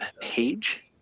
page